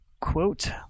Quote